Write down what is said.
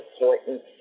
important